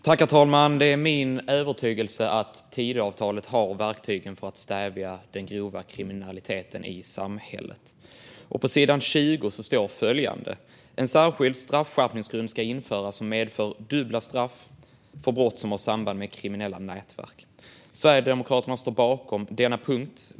Herr talman! Det är min övertygelse att Tidöavtalet har verktygen för att stävja den grova kriminaliteten i samhället. På sidan 20 i avtalet står följande: "En särskild straffskärpningsgrund ska införas . som medför dubbla straff för brott som har samband med kriminella nätverk." Sverigedemokraterna står bakom denna punkt.